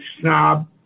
snob